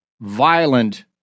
violent